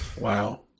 wow